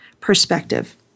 Perspective